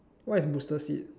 what is booster seat